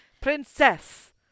princess